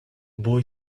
boy